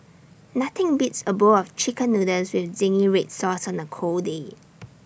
nothing beats A bowl of Chicken Noodles with Zingy Red Sauce on A cold day